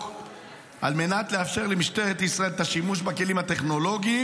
על מנת לאפשר למשטרת ישראל את השימוש בכלים הטכנולוגיים.